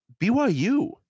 BYU